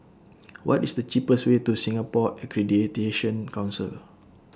What IS The cheapest Way to Singapore Accreditation Council